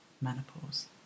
menopause